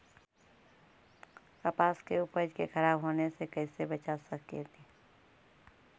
कपास के उपज के खराब होने से कैसे बचा सकेली?